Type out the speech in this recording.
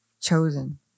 chosen